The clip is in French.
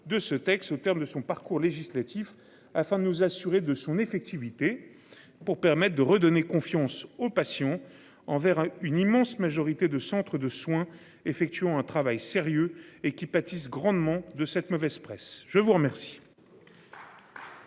de ce texte au terme de son parcours législatif afin de nous assurer de son effectivité. Pour permettent de redonner confiance aux patients envers une immense majorité de centre de soins effectuant un travail sérieux et qui pâtissent grandement de cette mauvaise presse. Je vous remercie.